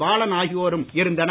பாலன் ஆகியோரும் இருந்தனர்